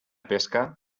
pesca